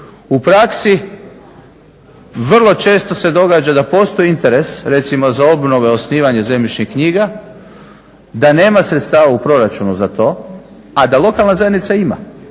U praksi vrlo često se događa da postoji interes recimo za obnove, osnivanje zemljišnih knjiga, da nema sredstava u proračunu za to, a da lokalna zajednica ima.